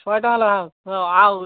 ଶହେ ଟଙ୍କା ଲେଖାଁ ହଁ ଆଉ